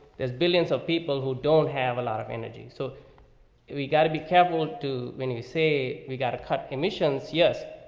there's billions of people who don't have a lot of energy, so we gotta be careful too when you say we got to cut emissions. yes.